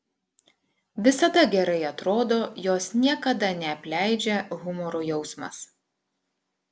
visada gerai atrodo jos niekada neapleidžia humoro jausmas